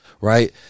Right